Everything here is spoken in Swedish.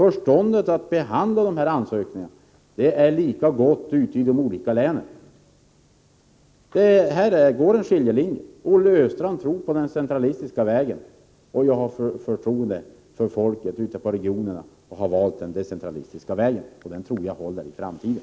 Ansökningarna kommer att behandlas med lika gott förstånd ute i de olika länen. Det är här skiljelinjen mellan oss går. Olle Östrand tror på den centralistiska vägen, medan jag har förtroende för folket ute i regionerna och har valt den decentralistiska vägen. Den tror jag håller i framtiden.